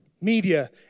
Media